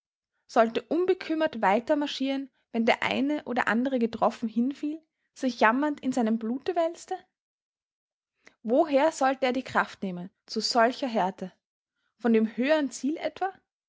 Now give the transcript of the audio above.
sollte unbekümmert weiter marschieren wenn der eine oder andere getroffen hinfiel sich jammernd in seinem blute wälzte woher sollte er die kraft nehmen zu solcher härte von dem höhern ziele etwa